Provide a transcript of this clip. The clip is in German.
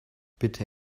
bitte